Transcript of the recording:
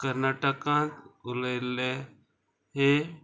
कर्नाटकांत उलयल्ले हे